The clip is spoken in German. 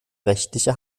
rechtliche